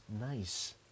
nice